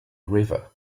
river